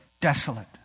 desolate